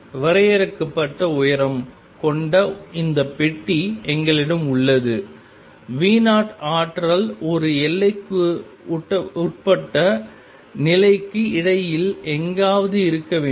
வரையறுக்கப்பட்ட உயரம் கொண்ட இந்த பெட்டி எங்களிடம் உள்ளது V0 ஆற்றல் ஒரு எல்லைக்குட்பட்ட நிலைக்கு இடையில் எங்காவது இருக்க வேண்டும்